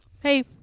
Hey